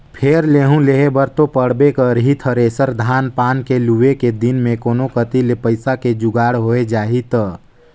फेर लेहूं लेहे बर तो पड़बे करही थेरेसर, धान पान के लुए के दिन मे कोनो कति ले पइसा के जुगाड़ होए जाही त